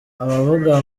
abavuga